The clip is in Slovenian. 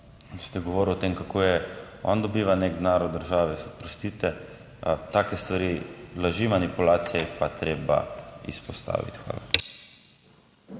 ste govorili o tem kako je on dobiva nek denar od države, oprostite, take stvari, laži, manipulacije je pa treba izpostaviti. Hvala.